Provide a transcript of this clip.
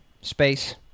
space